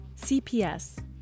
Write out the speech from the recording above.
CPS